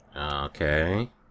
okay